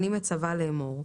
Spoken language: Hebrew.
אני מצווה לאמור: